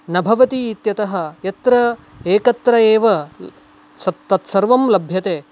न भवति इत्यतः यत्र एकत्र एव सप् तत्सर्वं लभ्यते